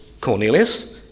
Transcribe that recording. Cornelius